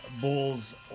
Bulls